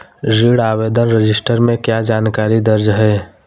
ऋण आवेदन रजिस्टर में क्या जानकारी दर्ज है?